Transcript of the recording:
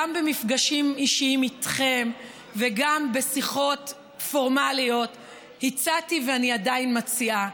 גם במפגשים אישיים איתכם וגם בשיחות פורמליות הצעתי ואני עדיין מציעה: